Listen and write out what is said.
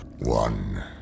One